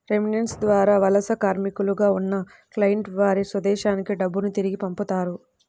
remittance ద్వారా వలస కార్మికులుగా ఉన్న క్లయింట్లు వారి స్వదేశానికి డబ్బును తిరిగి పంపుతారు